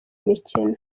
mikino